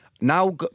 Now